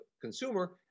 consumer